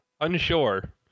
unsure